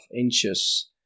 inches